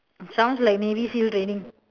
sounds like maybe still raining